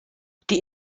die